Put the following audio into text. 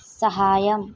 సహాయం